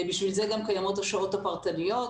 בשביל גם קיימות השעות הפרטניות,